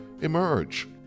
emerge